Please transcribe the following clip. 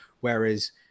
Whereas